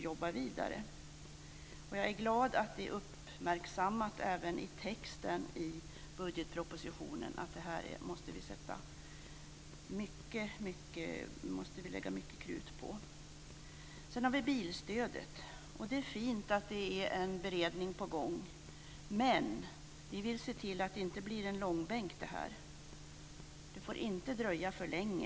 Jag är glad att det är uppmärksammat även i texten i budgetpropositionen att vi måste lägga mycket krut på detta. Sedan har vi bilstödet. Det är fint att det är en beredning på gång, men vi vill se till att det inte blir en långbänk här. Det får inte dröja för länge.